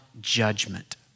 judgment